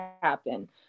happen